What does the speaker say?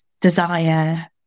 desire